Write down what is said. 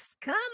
Come